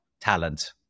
talent